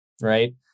right